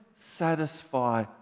satisfy